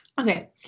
okay